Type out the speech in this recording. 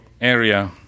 area